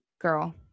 Girl